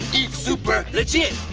super legit.